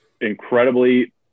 incredibly